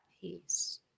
Peace